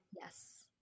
Yes